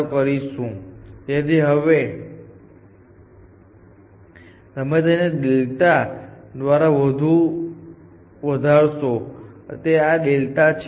અગાઉના વર્ગના અંતે આ અંગે ચર્ચા કરવામાં આવી હતી કે તેને આગામી સૌથી નીચલા સ્ટેપ્સ ના મૂલ્ય સાથે વધારવાને બદલે જો તેમાં કેટલાક મૂલ્ય નો વધારો કરો છોઅમે રકમ ડેલ્ટા નક્કી કરી છે જે ઓપ્ટિબિલિટી નું નુકશાન છે તેથી હવે જો તમે તેને ડેલ્ટા દ્વારા વધુ વધારશો તો આ ડેલ્ટા છે